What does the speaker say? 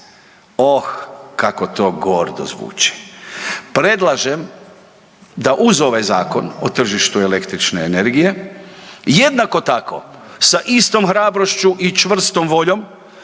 Oh, kako to gordo zvuči. Predlažem da uz ovaj Zakon o tržištu električne energije jednako tako sa istom hrabrošću i čvrstom voljom